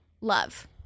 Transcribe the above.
love